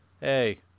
Hey